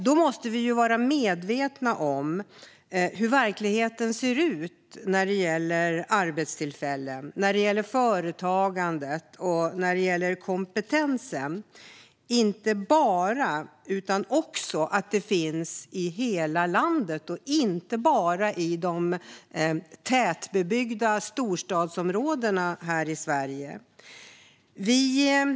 Vi måste vara medvetna om hur verkligheten ser ut när det gäller arbetstillfällen, företagande och kompetens, och inte bara i de tätbebyggda storstadsområdena här i Sverige - det ska finnas i hela landet.